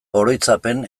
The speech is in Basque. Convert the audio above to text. oroitzapen